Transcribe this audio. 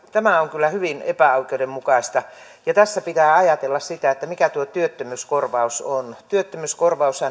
tämä on minusta kyllä hyvin epäoikeudenmukaista ja tässä pitää ajatella sitä että mikä tuo työttömyyskorvaus on työttömyyskorvaushan